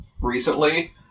recently